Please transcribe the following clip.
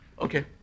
Okay